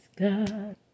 God